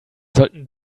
sollten